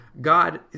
God